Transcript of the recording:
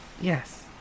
Yes